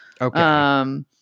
Okay